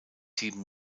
sieben